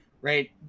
right